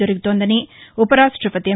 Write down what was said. జరుగుతోందని ఉపరాష్టపతి ఏ